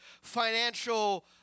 financial